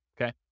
okay